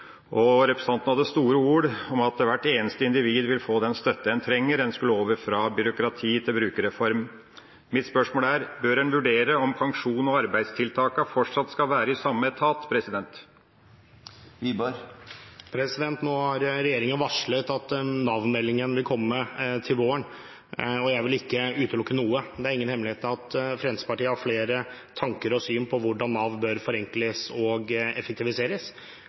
jordbruksoppgjøret. Representanten hadde store ord om at hvert eneste individ vil få den støtte en trenger. En skulle over fra byråkrati til brukerreform. Mitt spørsmål er: Bør en vurdere om pensjon og arbeidstiltak fortsatt skal være i samme etat? Regjeringen har varslet at Nav-meldingen vil komme til våren, og jeg vil ikke utelukke noe. Det er ingen hemmelighet at Fremskrittspartiet har flere tanker og syn på hvordan Nav bør forenkles og effektiviseres.